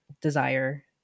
desire